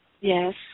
Yes